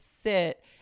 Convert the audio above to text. sit